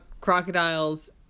crocodiles